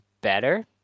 better